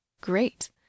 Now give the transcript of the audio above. great